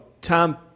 Tom –